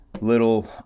little